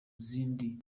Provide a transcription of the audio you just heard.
zindi